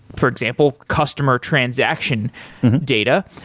for example customer transaction data.